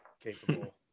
capable